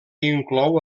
inclou